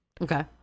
okay